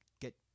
get